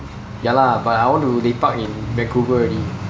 ya lah but I want to lepak in vancouver already